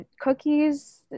cookies